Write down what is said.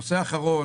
נושא אחרון,